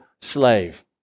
slave